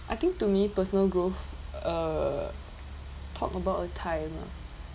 I think to me personal growth uh talk about a time ah